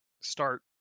start